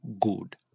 good